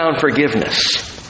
forgiveness